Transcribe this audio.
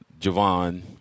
Javon